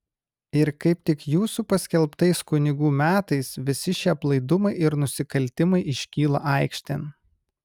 ir kaip tik jūsų paskelbtais kunigų metais visi šie aplaidumai ir nusikaltimai iškyla aikštėn